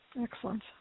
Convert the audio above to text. excellent